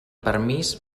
permís